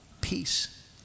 peace